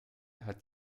hat